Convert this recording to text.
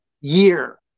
year